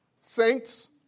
saints